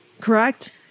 Correct